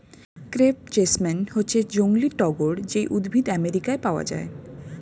crepe jasmine হচ্ছে জংলী টগর যেই উদ্ভিদ আমেরিকায় পাওয়া যায়